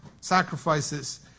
sacrifices